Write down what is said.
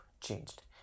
changed